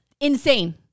Insane